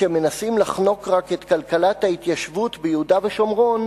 כשמנסים לחנוק רק את כלכלת ההתיישבות ביהודה ושומרון,